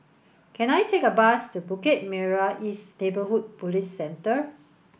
can I take a bus to Bukit Merah East Neighbourhood Police Centre